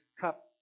cup